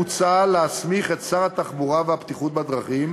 מוצע להסמיך את שר התחבורה והבטיחות בדרכים